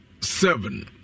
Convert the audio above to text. seven